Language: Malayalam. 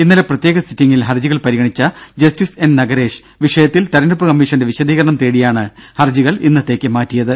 ഇന്നലെ പ്രത്യേക സിറ്റിംഗിൽ ഹർജികൾ പരിഗണിച്ച ജസ്റ്റിസ് എൻ നഗരേഷ് വിഷയത്തിൽ തെരഞ്ഞെടുപ്പ് കമ്മീഷന്റെ വിശദീകരണം തേടിയാണ് ഹർജികൾ ഇന്നത്തേക്ക് മാറ്റിയത്